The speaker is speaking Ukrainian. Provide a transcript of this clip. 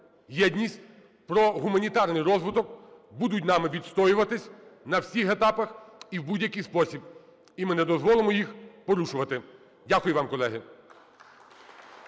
єдність, про гуманітарний розвиток, будуть нами відстоюватись на всіх етапах і в будь-який спосіб. І ми не дозволимо їх порушувати. Дякую вам, колеги.